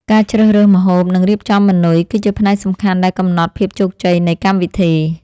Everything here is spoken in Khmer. ការជ្រើសរើសម្ហូប និងរៀបចំម៉ឺនុយគឺជាផ្នែកសំខាន់ដែលកំណត់ភាពជោគជ័យនៃកម្មវិធី។